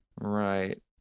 Right